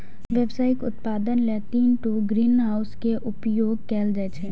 व्यावसायिक उत्पादन लेल लीन टु ग्रीनहाउस के उपयोग कैल जाइ छै